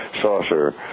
saucer